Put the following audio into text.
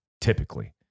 Typically